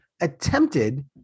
attempted